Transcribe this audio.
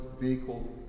vehicles